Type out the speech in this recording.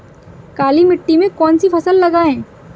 काली मिट्टी में कौन सी फसल लगाएँ?